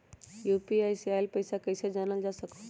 UPI से आईल पैसा कईसे जानल जा सकहु?